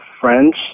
French